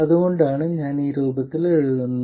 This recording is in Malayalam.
അതുകൊണ്ടാണ് ഞാൻ ഈ രൂപത്തിൽ എഴുതുന്നത്